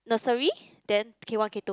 nursery then K one K two